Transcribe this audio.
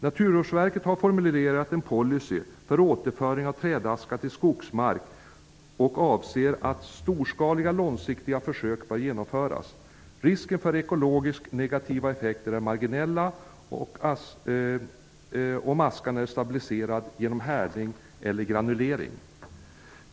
Naturvårdsverket har formulerat en policy för återföring av trädaska till skogsmark och anser att storskaliga, långsiktiga försök bör genomföras. Risken för ekologiskt negativa effekter är marginell, om askan är stabiliserad genom härdning eller granulering.